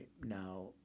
Now